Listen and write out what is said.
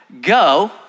Go